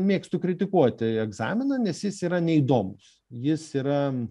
mėgstu kritikuoti egzaminą nes jis yra neįdomus jis yra